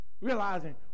realizing